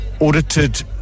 audited